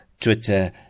Twitter